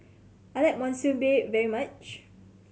I like Monsunabe very much